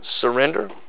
surrender